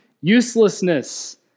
Uselessness